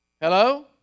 Hello